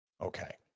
Okay